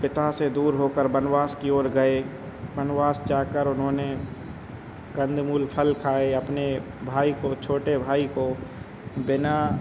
पिता से दूर होकर वनवास की ओर गए वनवास जाकर उन्होंने कंदमूल फल खाए अपने भाई को छोटे भाई को बिना